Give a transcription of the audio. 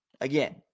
again